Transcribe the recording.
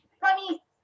funny